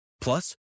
Plus